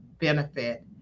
benefit